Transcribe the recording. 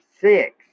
six